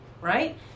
right